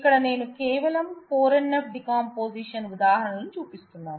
ఇక్కడ నేను కేవలం 4 NF డికాంపోజిషన్ ఉదాహరణ లు చూపిస్తున్నాను